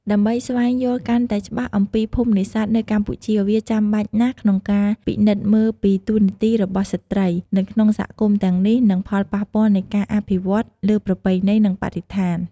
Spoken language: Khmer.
ដើម្បីស្វែងយល់កាន់តែច្បាស់អំពីភូមិនេសាទនៅកម្ពុជា វាចាំបាច់ណាស់ក្នុងការពិនិត្យមើលពី តួនាទីរបស់ស្ត្រី នៅក្នុងសហគមន៍ទាំងនេះ និង ផលប៉ះពាល់នៃការអភិវឌ្ឍន៍ លើប្រពៃណី និងបរិស្ថាន។